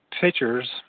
pictures